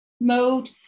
mode